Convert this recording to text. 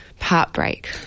heartbreak